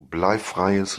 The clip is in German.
bleifreies